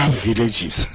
villages